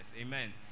Amen